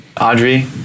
Audrey